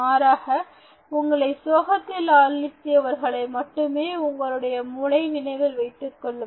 மாறாக உங்களை சோகத்தில் ஆழ்த்தியவர்களை மட்டுமே உங்களுடைய மூளை நினைவில் வைத்துக் கொள்ளும்